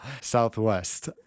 Southwest